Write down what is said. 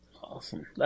Awesome